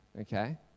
okay